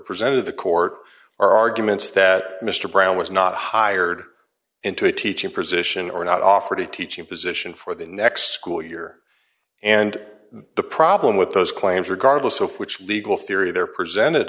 present to the court arguments that mr brown was not hired into a teaching position or not offered a teaching position for the next school year and the problem with those claims regardless of which legal theory they're presented